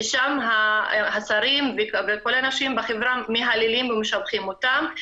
ששם השרים וכל הנשים בחברה מהללים ומשבחים אותם.